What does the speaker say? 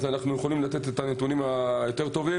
אז אנחנו יכולים לתת את הנתונים הטובים יותר.